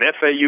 FAU